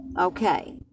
okay